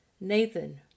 Nathan